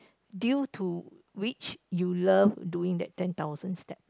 due to which you love doing that ten thousand steps